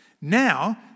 Now